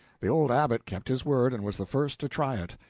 the old abbot kept his word, and was the first to try it.